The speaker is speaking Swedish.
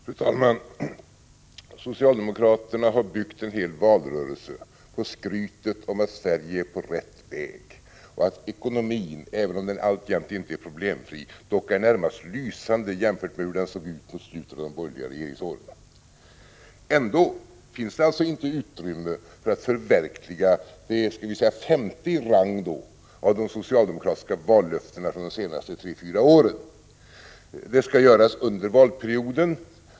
Fru talman! Socialdemokraterna har byggt en hel valrörelse på skrytet om att Sverige är på rätt väg och att ekonomin, även om den alltjämt inte är problemfri, är närmast lysande jämfört med hur den såg ut på slutet av de borgerliga regeringsåren. Ändå finns det alltså inte utrymme för att förverkliga det femte i rang av de socialdemokratiska vallöftena från de senaste tre fyra åren. Höjningen av delpensionen skall ske under valperioden, säger regeringen.